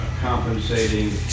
compensating